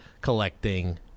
collecting